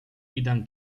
idę